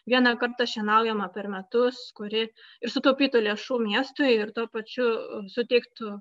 vieną kartą šienaujamą per metus kuri ir sutaupytų lėšų miestui ir tuo pačiu suteiktų